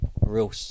real